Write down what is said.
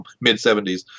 mid-70s